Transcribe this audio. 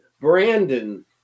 Brandon